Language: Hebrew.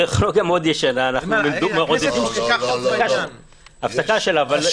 הרב מלכיאלי אומר